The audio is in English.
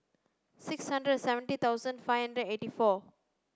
six hundred seventy thousand five and eighty four